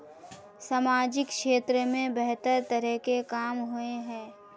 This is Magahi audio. सामाजिक क्षेत्र में बेहतर तरह के काम होय है?